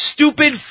Stupid